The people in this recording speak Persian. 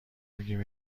میگم